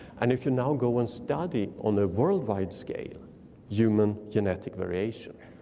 and if you now go and study on a worldwide scale human genetic variation.